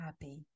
happy